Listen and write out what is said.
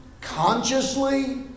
consciously